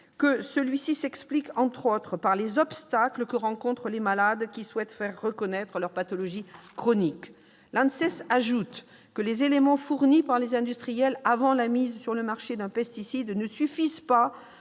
Celui-ci s'explique entre autres éléments par les obstacles que rencontrent les malades qui souhaitent faire reconnaître leurs pathologies chroniques. L'ANSES ajoute que les éléments fournis par les industriels avant la mise sur le marché d'un pesticide ne suffisent pas